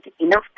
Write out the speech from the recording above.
enough